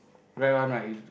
right one